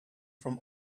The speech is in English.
from